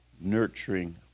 nurturing